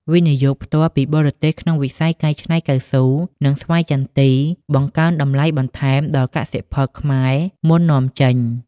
វិនិយោគផ្ទាល់ពីបរទេស ក្នុងវិស័យកែច្នៃកៅស៊ូ និងស្វាយចន្ទី បង្កើនតម្លៃបន្ថែមដល់កសិផលខ្មែរមុននាំចេញ។